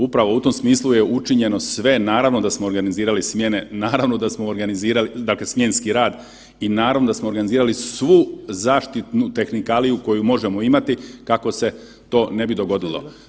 Upravo u tom smislu je učinjeno sve, naravno da smo organizirali smjene, naravno da smo organizirali dakle smjenski i naravno da smo organizirali svu zaštitnu tehnikaliju koju možemo imati kako se to ne bi dogodilo.